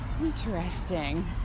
Interesting